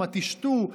מה תשתו,